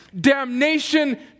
damnation